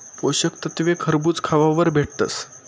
पोषक तत्वे खरबूज खावावर भेटतस